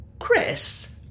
Chris